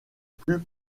plus